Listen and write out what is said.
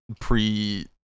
pre